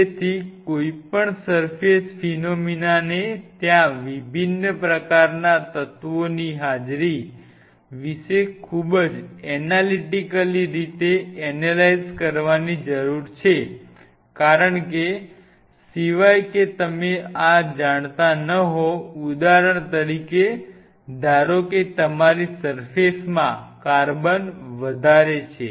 તેથી કોઈપણ સર્ફેસ ફિનોમીનાને ત્યાં વિભિન્ન પ્રકારના તત્વોની હાજરી વિશે ખૂબ જ એનાલિટીકલી રીતે એનેલાઇઝ કરવાની જરૂર છે કારણ કે સિવાય કે તમે આ જાણતા ન હોવ ઉદાહરણ તરીકે ધારો કે તમારી સર્ફેસમાં કાર્બન વધારે છે